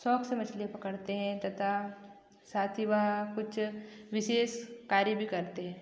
शौक से मछलियाँ पकड़ते हैं तथा साथ ही वह कुछ विशेष कार्य भी करते हैं